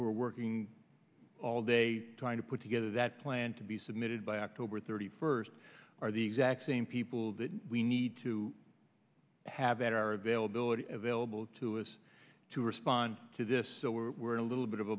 who are working all day trying to put together that plan to be submitted by october thirty first are the exact same people that we need to have at our availability available to us to respond to this so we're in a little bit of